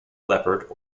leopard